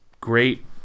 great